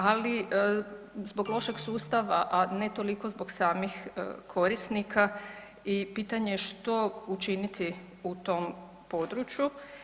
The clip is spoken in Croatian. Ali zbog lošeg sustava a ne toliko zbog samih korisnika i pitanje što učiniti u tom području.